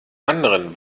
anderen